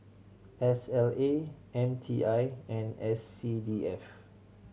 S L A M T I and S C D F